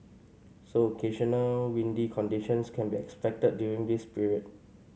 so occasional windy conditions can be expected during this period